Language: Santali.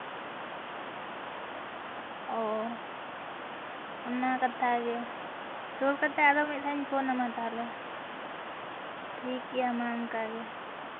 ᱚᱻ ᱚᱱᱟ ᱠᱟᱛᱷᱟ ᱜᱮ ᱥᱩᱨ ᱠᱟᱛᱮ ᱟᱨᱚ ᱢᱤᱫ ᱫᱷᱟᱣᱤᱧ ᱯᱷᱳᱱᱟᱢᱟ ᱛᱟᱦᱚᱞᱮ ᱴᱷᱤᱠᱜᱮᱭᱟ ᱢᱟ ᱚᱱᱠᱟ ᱜᱮ